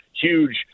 huge